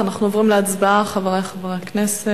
אנחנו עוברים להצבעה, חברי חברי הכנסת.